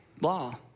law